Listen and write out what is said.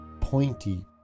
pointy